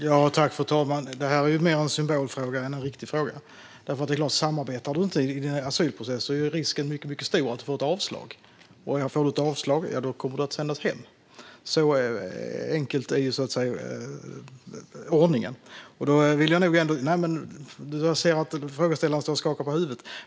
Fru talman! Detta är mer en symbolfråga än en riktig fråga, därför att om man inte samarbetar i sin asylprocess är risken mycket stor att man får ett avslag. Och får man ett avslag kommer man att sändas hem. Så enkel är ordningen. Jag ser att frågeställaren står och skakar på huvudet.